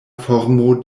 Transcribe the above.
formo